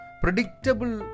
predictable